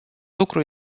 lucru